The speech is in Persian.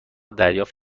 دریافت